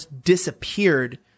disappeared